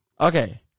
Okay